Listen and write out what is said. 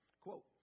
Quote